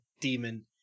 demon